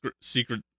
secret